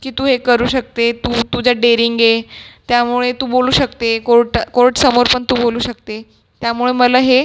की तू हे करू शकते तू तुझ्यात डेअरिंग आहे त्यामुळे तू बोलू शकते कोर्ट कोर्टसमोर पण तू बोलू शकते त्यामुळं मला हे